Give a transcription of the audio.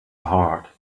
hard